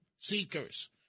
seekers